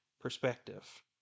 perspective